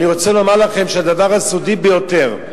אני רוצה לומר לכם שהדבר הסודי ביותר,